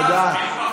תודה.